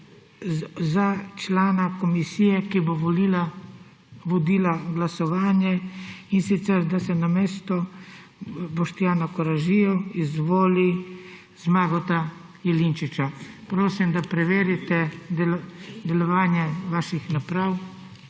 o članu komisije, ki bo vodila glasovanje, in sicer da se namesto Boštjana Koražijo izvoli Zmaga Jelinčiča. Prosim, da preverite delovanje vaših naprav.